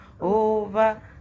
Over